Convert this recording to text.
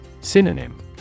Synonym